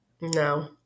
No